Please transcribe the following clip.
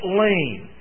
lane